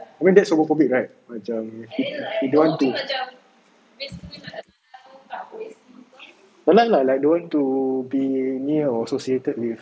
I mean that's homophobic right macam you don't want to ya lah like don't want to be near or associated with